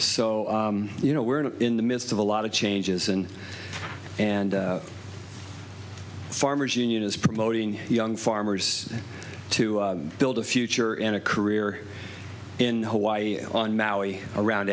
so you know we're in the midst of a lot of changes and and farmers union is promoting young farmers to build a future in a career in hawaii on maui around